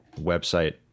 website